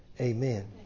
amen